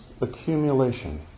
accumulation